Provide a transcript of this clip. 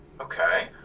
Okay